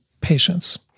patients